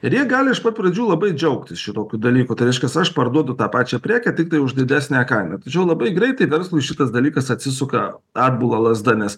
ir jie gali iš pat pradžių labai džiaugtis šitokiu dalyku tai reiškias aš parduodu tą pačią prekę tiktai už didesnę kainą tačiau labai greitai verslui šitas dalykas atsisuka atbula lazda nes